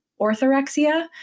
orthorexia